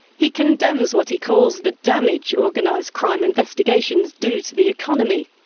he condemns what he calls the damage organised crime investigations do to the economy.